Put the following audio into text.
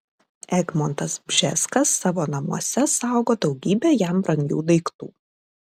egmontas bžeskas savo namuose saugo daugybę jam brangių daiktų